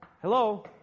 Hello